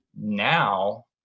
now